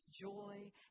joy